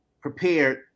prepared